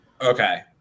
Okay